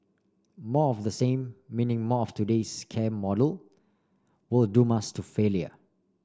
more of the same meaning more of today's care model will doom us to failure